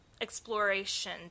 exploration